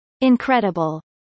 Incredible